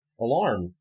alarm